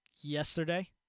yesterday